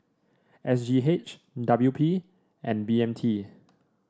S G H W P and B M T